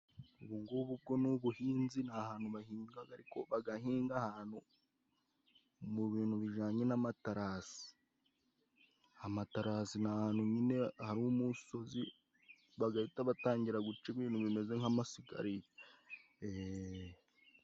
Ubungubu bwo ni ubuhinzi :ni ahantu bahingaga ariko bagahinga ahantu mu bintu bijanye n'amatarasi .Amatarasi ni ahantu nyine hari umusozi bagahita batangira guca ibintu bimeze nk'amasikariye. .